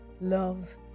love